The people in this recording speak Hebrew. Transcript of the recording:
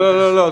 לא, לא, לא.